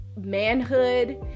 manhood